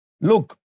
look